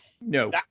No